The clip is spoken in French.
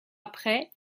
après